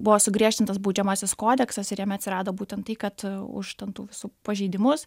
buvo sugriežtintas baudžiamasis kodeksas ir jame atsirado būtent tai kad už ten tų visų pažeidimus